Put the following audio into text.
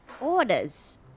orders